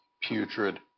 putrid